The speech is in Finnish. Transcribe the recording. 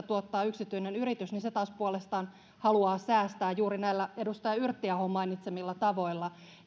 tuottaa yksityinen yritys niin se taas puolestaan haluaa säästää juuri näillä edustaja yrttiahon mainitsemilla tavoilla